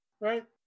Right